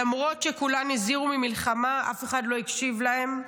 שלמרות שכולן הזהירו ממלחמה, אף אחד לא הקשיב להן?